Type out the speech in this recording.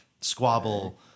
squabble